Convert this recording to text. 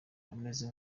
ameze